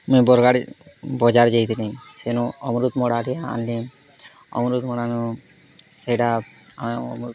ମୁଇଁ ବର୍ଗଡ଼୍ ବଜାର୍ ଯାଇଥିଲି ସେନୁ ଅମୃତ୍ମୁଡାଟେ ଆନ୍ଲି ଅମୃତ୍ମୁଡାନୁ ସେଟା